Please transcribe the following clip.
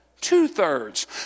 Two-thirds